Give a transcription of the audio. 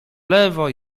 lewo